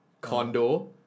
condo